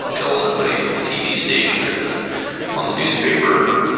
tell somebody at the tv station or the on the newspaper,